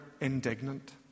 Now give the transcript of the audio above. indignant